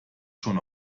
schon